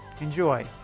Enjoy